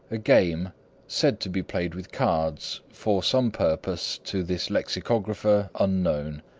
a game said to be played with cards for some purpose to this lexicographer unknown.